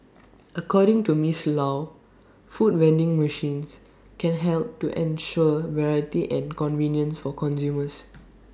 according to miss low food vending machines can help to ensure variety and convenience for consumers